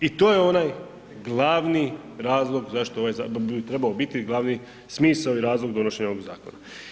I to je onaj glavni razlog zašto ovaj, bi trebao biti glavni smisao i razlog donošenje ovog zakona.